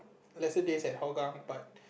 lesser days at Hougang but